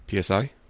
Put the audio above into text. PSI